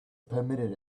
permitted